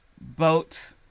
boat